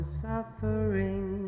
suffering